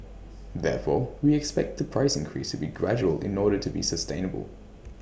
therefore we expect the price increase to be gradual in order to be sustainable